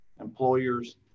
employers